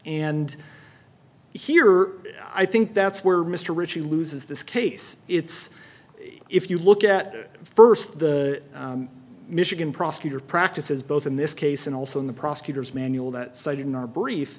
and here i think that's where mr ritchie loses this case it's if you look at first the michigan prosecutor practices both in this case and also in the prosecutor's manual that cited in our brief